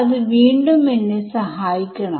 ഇനി എന്തെങ്കിലും